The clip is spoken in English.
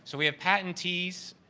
so we have patentees,